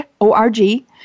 O-R-G